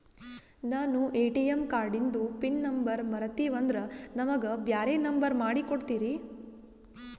ನಾನು ಎ.ಟಿ.ಎಂ ಕಾರ್ಡಿಂದು pin number ಮರತೀವಂದ್ರ ನಮಗ ಬ್ಯಾರೆ ನಂಬರ್ ಮಾಡಿ ಕೊಡ್ತೀರಿ?